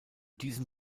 diesem